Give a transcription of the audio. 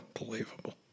unbelievable